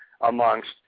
amongst